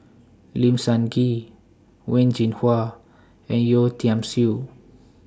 Lim Sun Gee Wen Jinhua and Yeo Tiam Siew